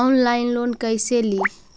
Online loan कैसे ली?